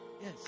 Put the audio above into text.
Yes